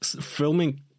filming